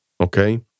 okay